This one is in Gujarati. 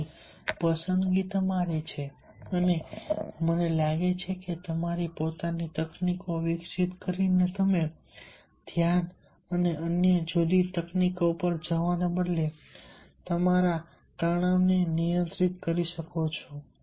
તેથી પસંદગી તમારી છે અને મને લાગે છે કે તમારી પોતાની તકનીકો વિકસિત કરીને તમે ધ્યાન અને અન્ય તકનીકો પર જવાને બદલે તમારા તણાવને નિયંત્રિત કરી શકો છો